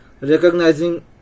recognizing